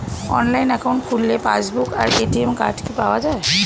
Online account খুললে passbook আর ATM card কি পাওয়া যায়?